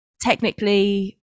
technically